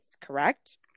correct